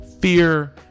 fear